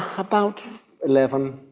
about eleven,